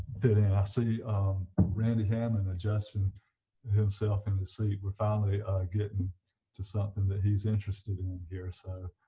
fitting i ah see randy hammond adjusting himself in the seat, we're finally getting to something that he's interested in here so